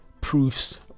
proofs